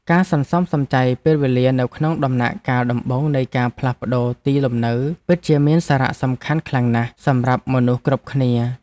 ការសន្សំសំចៃពេលវេលានៅក្នុងដំណាក់កាលដំបូងនៃការផ្លាស់ប្ដូរទីលំនៅពិតជាមានសារៈសំខាន់ខ្លាំងណាស់សម្រាប់មនុស្សគ្រប់គ្នា។